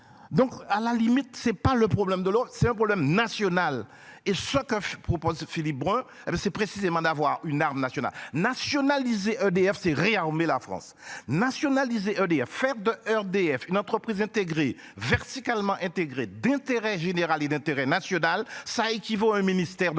donc à la limite c'est pas le problème de l'autre, c'est un problème national et ce que je propose, Philippe Brun et ben c'est précisément d'avoir une arme national nationaliser EDF c'est réarmer la France nationaliser EDF faire de ErDF une entreprise intégrée verticalement intégrée d'intérêt général et d'intérêt national. Ça équivaut un ministère de